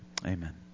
Amen